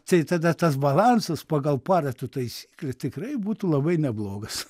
tai tada tas balansas pagal parą tų taisyklių tikrai būtų labai neblogas